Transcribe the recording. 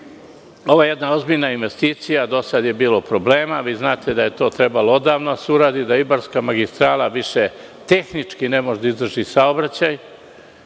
ovo je jedna ozbiljna investicija. Do sada je bilo problema. Znate da je to trebalo odavno da se uradi, da Ibarska magistrala više tehnički ne može da izdrži saobraćaj,